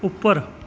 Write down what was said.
ਉੱਪਰ